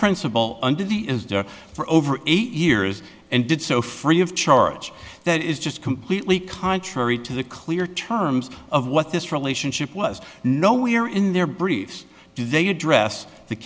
principle under the is done for over eight years and did so free of charge that is just completely contrary to the clear terms of what this relationship was no we're in their briefs do they address the